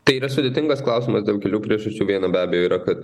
tai yra sudėtingas klausimas dėl kelių priežasčių viena be abejo yra kad